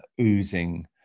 oozing